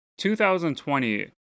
2020